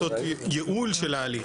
רק כדי לעשות ייעול של ההליך.